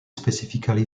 specifically